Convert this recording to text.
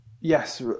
yes